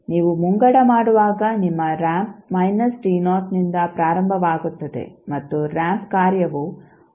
ನೀವು ಮುಂಗಡ ಮಾಡುವಾಗ ನಿಮ್ಮ ರಾಂಪ್ ಯಿಂದ ಪ್ರಾರಂಭವಾಗುತ್ತದೆ ಮತ್ತು ರಾಂಪ್ ಕಾರ್ಯವು ಆಗಿರುತ್ತದೆ